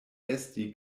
esti